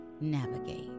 navigate